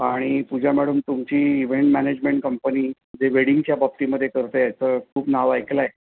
आणि पूजा मॅडम तुमची event management company जे वेडिंगच्या बाबतीमध्ये करते आहे तर खूप नाव ऐकलं आहे